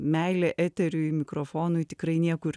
meilė eteriui mikrofonui tikrai niekur